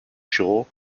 shore